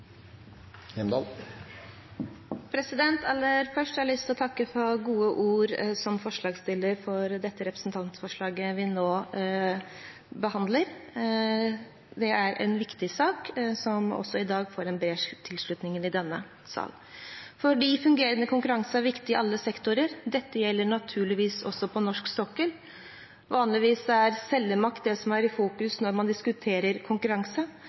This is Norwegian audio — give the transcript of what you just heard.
Først har jeg lyst til å takke for gode ord til oss som forslagsstillere når det gjelder det representantforslaget vi nå behandler. Det er en viktig sak, som i dag får en bred tilslutning i denne sal. Fungerende konkurranse er viktig i alle sektorer. Dette gjelder naturligvis også på norsk sokkel. Vanligvis er det selgermakt som er i fokus når man diskuterer konkurranse,